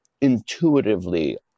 intuitively